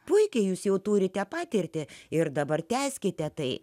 puikiai jūs jau turite patirtį ir dabar tęskite tai